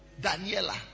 Daniela